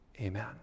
Amen